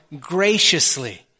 graciously